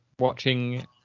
watching